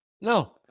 No